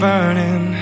burning